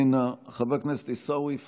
איננה, חבר הכנסת עיסאווי פריג'